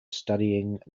studying